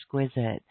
exquisite